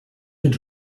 its